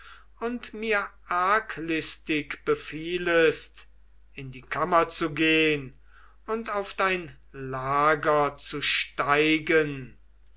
und mir arglistig befiehlest in die kammer zu gehn und auf dein lager zu steigen